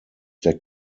der